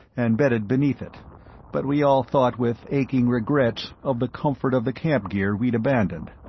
and bedded beneath it but we all thought with aching regret of the comfort of the camp gear we'd abandoned.